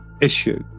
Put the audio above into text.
issue